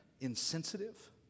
insensitive